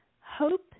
Hope